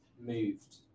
moved